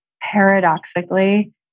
paradoxically